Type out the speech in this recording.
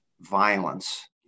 violence